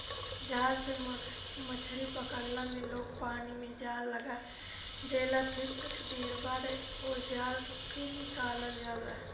जाल से मछरी पकड़ला में लोग पानी में जाल लगा देला फिर कुछ देर बाद ओ जाल के निकालल जाला